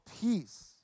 peace